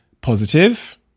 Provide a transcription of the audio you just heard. positive